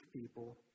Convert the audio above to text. people